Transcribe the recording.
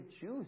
choose